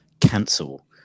cancel